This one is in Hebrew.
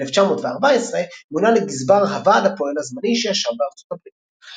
ב-1914 מונה לגזבר 'הוועד הפועל הזמני' שישב בארצות הברית.